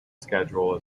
schedule